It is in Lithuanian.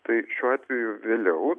tai šiuo atveju vėliau